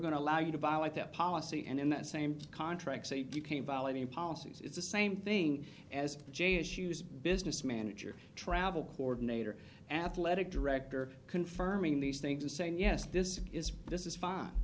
going to allow you to violate that policy and in that same contract say that you came violating policies it's the same thing as jay issues business manager travel coordinator athletic director confirming these things and saying yes this is this is fine